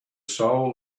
soul